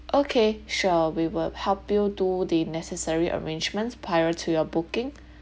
okay sure we will help you do the necessary arrangements prior to your booking